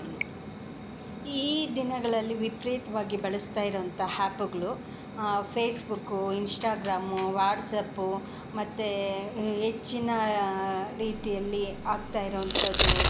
ಈ ದಿನಗಳಲ್ಲಿ ವಿಪರೀತ್ವಾಗಿ ಬಳಸ್ತಾ ಇರೋಂಥ ಹ್ಯಾಪುಗಳು ಫೇಸ್ಬುಕ್ಕು ಇನ್ಷ್ಟಾಗ್ರಾಮು ವಾಟ್ಸಪು ಮತ್ತು ಹೆಚ್ಚಿನ ರೀತಿಯಲ್ಲಿ ಆಗ್ತಾ ಇರೋಂಥದ್ದು